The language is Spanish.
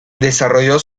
desarrolló